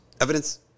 evidence